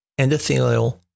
endothelial